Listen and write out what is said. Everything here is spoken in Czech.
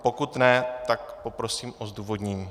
Pokud ne, tak poprosím o zdůvodnění.